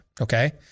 okay